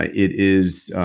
ah it is